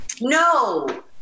No